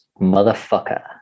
motherfucker